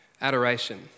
Adoration